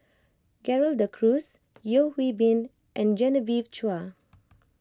Gerald De Cruz Yeo Hwee Bin and Genevieve Chua